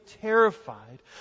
terrified